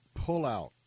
pullout